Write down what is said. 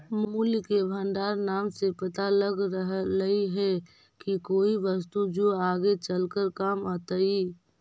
मूल्य के भंडार नाम से पता लग रहलई हे की कोई वस्तु जो आगे चलकर काम अतई